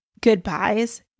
goodbyes